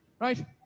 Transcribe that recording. right